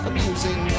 Amusing